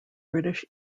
british